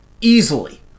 easily